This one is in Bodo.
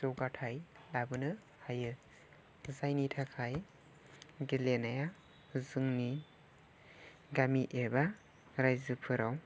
जौगाथाइ लाबोनो हायो जायनि थाखाय गेलेनाया जोंनि गामि एबा रायजोफोराव